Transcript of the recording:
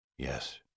Yes